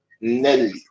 nelly